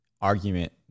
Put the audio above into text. argument